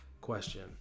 question